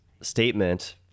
statement